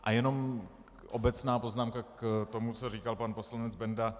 A jenom obecná poznámka k tomu, co říkal pan poslanec Benda.